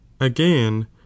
again